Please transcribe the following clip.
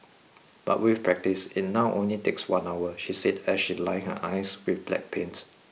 but with practice it now only takes one hour she said as she lined her eyes with black paint